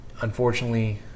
Unfortunately